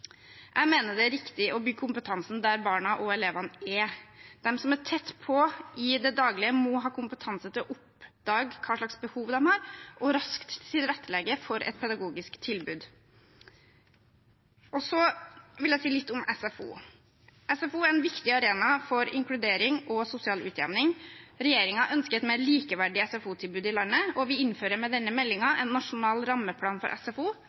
Jeg mener det er riktig å bygge kompetansen der barna og elevene er. De som er tett på barna i det daglige, må ha kompetanse til å oppdage hvilke behov de har, og raskt tilrettelegge for et pedagogisk tilbud. Så vil jeg si litt om SFO. SFO er en viktig arena for inkludering og sosial utjevning. Regjeringen ønsker et mer likeverdig SFO-tilbud i landet, og vi innfører med denne meldingen en nasjonal rammeplan for SFO,